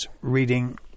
reading